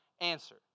answer